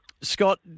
Scott